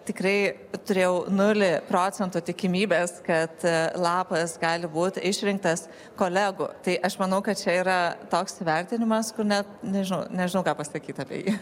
tikrai turėjau nulį procentų tikimybės kad lapas gali būt išrinktas kolegų tai aš manau kad čia yra toks vertinimas kur net nežinau nežinau ką pasakyti apie jį